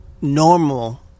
normal